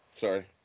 Sorry